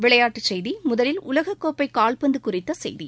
விளையாட்டுச் செய்திகள் முதலில் உலகக் கோப்பை கால்பந்து குறித்த செய்தி